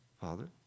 father